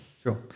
sure